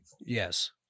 Yes